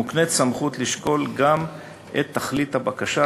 מוקנית סמכות לשקול גם את תכלית הבקשה,